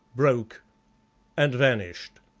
broke and vanished.